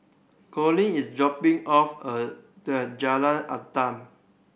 Collis is dropping off at the Jalan Adat